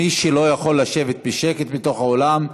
מי שלא יכול לשבת בשקט בתוך האולם,